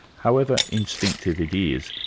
however instinctive it is,